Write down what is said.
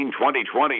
2020